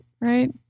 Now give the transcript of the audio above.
right